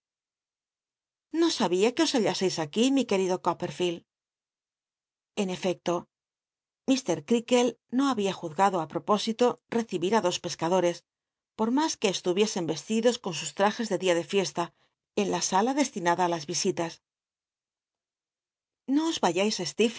no sabia que os hall íscis aquí mi querido coppetfield en efecto llt creajde no había juzgado á recibir á dos pescadores por mas que cslttviesen vestidos con sus trajes de día de fiesta en la sala destinada á las visitas